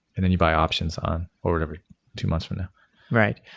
and then you buy options on or whatever two months from now. right.